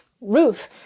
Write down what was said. roof